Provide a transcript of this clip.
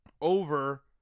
over